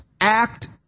act